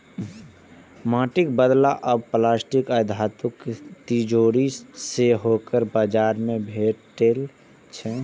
माटिक बदला आब प्लास्टिक आ धातुक तिजौरी सेहो बाजार मे भेटै छै